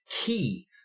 key